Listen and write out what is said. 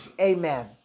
Amen